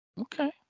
Okay